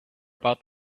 about